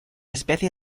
especie